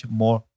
more